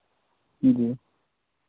जी